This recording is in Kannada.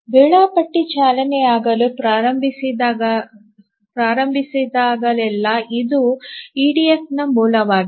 ವೇಳಾಪಟ್ಟಿ ಚಾಲನೆಯಾಗಲು ಪ್ರಾರಂಭಿಸಿದಾಗಲೆಲ್ಲಾ ಇದು ಇಡಿಎಫ್ನ ಮೂಲವಾಗಿದೆ